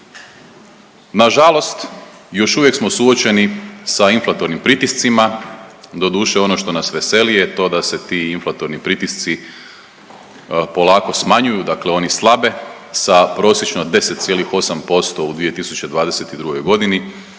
Nažalost, još uvijek smo suočeni sa inflatornim pritiscima, doduše ono što nas veseli je to da se to inflatorni pritisci polako smanjuju, dakle oni slabe sa prosječno 10,8% u 2022.g.